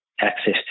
access